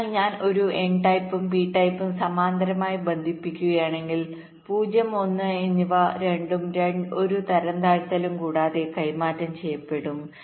അതിനാൽ ഞാൻ ഒരു n ടൈപ്പും p ടൈപ്പും സമാന്തരമായി ബന്ധിപ്പിക്കുകയാണെങ്കിൽ 0 1 എന്നിവ രണ്ടും ഒരു തരംതാഴ്ത്തലും കൂടാതെ കൈമാറ്റം ചെയ്യപ്പെടും